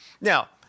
Now